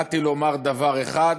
באתי לומר דבר אחד: